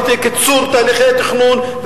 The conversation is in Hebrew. וקיצור תהליכי התכנון,